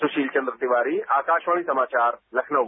सुशील चंद्र तिवारी आकाशवाणी समाचार लखनऊ